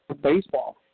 baseball